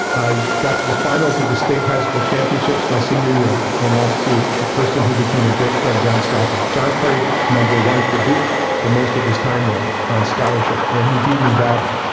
i got to the finals of the state high school championships my senior year and lost to a person who became a great friend, john stoffer. john played number one for duke for most of his time there on scholarship and he beat me badly.